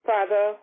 Father